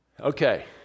Okay